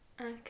Okay